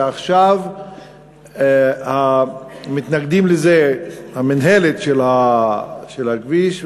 ועכשיו מתנגדים לזה במינהלת הכביש,